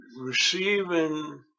receiving